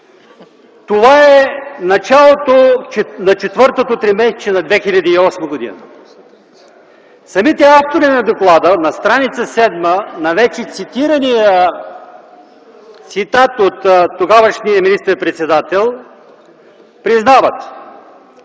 това е началото на четвъртото тримесечие на 2008 г. Самите автори на доклада на стр. 7 на вече споменатия цитат от тогавашния министър-председател признават: